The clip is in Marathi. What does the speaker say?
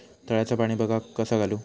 तळ्याचा पाणी बागाक कसा घालू?